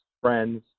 friends